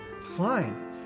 Fine